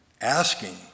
asking